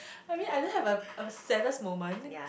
I mean I don't have a a saddest moment I think